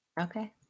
Okay